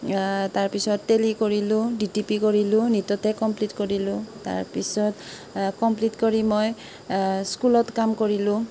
আৰু তাৰ পিছত টেলি কৰিলোঁ ডিটিপি কৰিলোঁ নীটতে কমপ্লিট কৰিলোঁ তাৰ পিছত কমপ্লিট কৰি মই স্কুলত কাম কৰিলোঁ